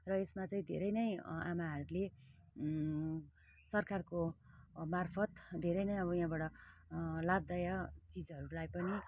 र यसमा चाहिँ धेरै नै आमाहरूले सरकारको मार्फत धेरै नै अब यहाँबाट लाभदायक चिजहरूलाई पनि